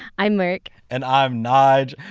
i'm merk and i'm nyge.